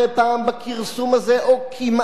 או כמעט תומך בהם,